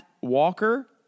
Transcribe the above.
Walker